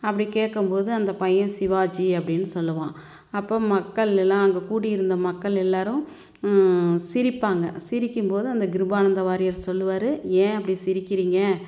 அப்படி கேட்கும்போது அந்த பையன் சிவாஜி அப்படின் சொல்லுவான் அப்போ மக்களெல்லாம் அங்கே கூடி இருந்த மக்கள் எல்லாேரும் சிரிப்பாங்க சிரிக்கும் போது அந்த கிருபானந்த வாரியார் சொல்லுவார் ஏன் அப்படி சிரிக்கிறீங்க